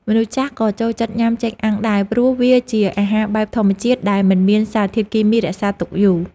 មនុស្សចាស់ក៏ចូលចិត្តញ៉ាំចេកអាំងដែរព្រោះវាជាអាហារបែបធម្មជាតិដែលមិនមានសារធាតុគីមីរក្សាទុកយូរ។